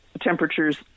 temperatures